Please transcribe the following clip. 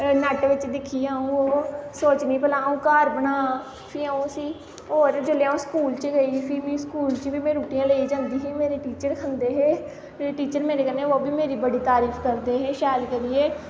net बिच्च दिक्खियै अ'ऊं ओह् सोचनी भला अ'ऊं घर बनां फ्ही अ'ऊं उसी होर जिसलै अ'ऊं स्कूल च गेई फ्ही मीं स्कूल च बी रुट्टियां लेइयै जंदी ही मेरे टीचर खंदे हे मेरे टीचर मेरे कन्नै ओह् बी मेरी बड़ी तरीफ करदे हे शैल करियै